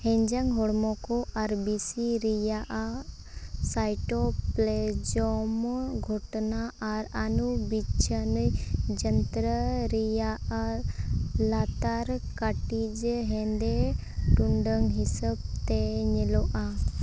ᱦᱮᱸᱡᱟᱝ ᱦᱚᱲᱢᱚ ᱠᱚ ᱟᱨ ᱵᱤᱥᱤ ᱨᱮᱭᱟᱜ ᱥᱟᱭᱴᱳᱯᱞᱮᱡᱚᱢ ᱜᱷᱚᱴᱱᱟ ᱟᱨ ᱟᱱᱩᱵᱤᱪᱪᱷᱟᱱᱤ ᱡᱚᱱᱛᱨᱚ ᱨᱮᱭᱟᱜ ᱟᱨ ᱞᱟᱛᱟᱨ ᱠᱟᱴᱤᱡᱽ ᱦᱮᱸᱫᱮ ᱴᱩᱸᱰᱟᱹᱝ ᱦᱤᱥᱟᱹᱵᱽᱛᱮ ᱧᱮᱞᱚᱜᱼᱟ